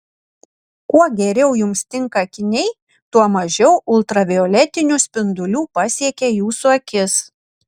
kuo geriau jums tinka akiniai tuo mažiau ultravioletinių spindulių pasiekia jūsų akis